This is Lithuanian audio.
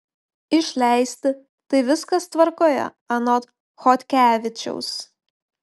išleisti tai viskas tvarkoje anot chodkevičiaus